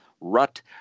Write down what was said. rut